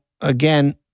again